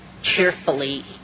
cheerfully